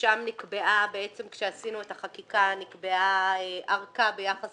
ושם נקבעה כשעשינו את החקיקה ארכה ביחס